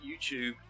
youtube